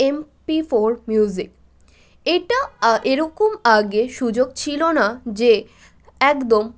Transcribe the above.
MP four music এটা এরকম আগে সুযোগ ছিলো না যে একদম